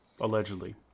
allegedly